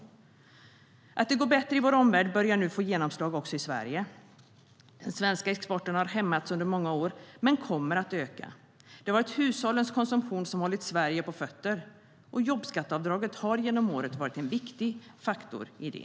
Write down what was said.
Att det går allt bättre i vår omvärld börjar nu få genomslag också i Sverige. Den svenska exporten har hämmats under många år men kommer att öka. Det har varit hushållens konsumtion som hållit Sverige på fötter. Jobbskatteavdraget har genom åren varit en viktig faktor i det.